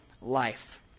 life